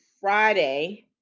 Friday